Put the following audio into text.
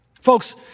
Folks